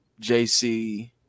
JC